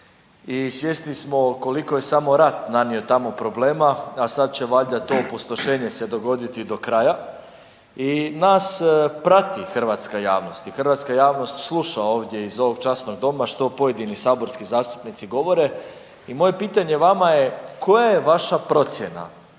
I svjesni smo koliko je samo rat nanio tamo problema, a sad će valjda to opustošenje se dogoditi do kraja i nas prati hrvatska javnost i hrvatska javnost sluša ovdje iz ovog časnog Doma što pojedini saborski zastupnici govore i moje pitanje vama je koja je vaša procjena